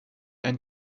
ein